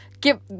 give